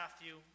Matthew